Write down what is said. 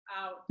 out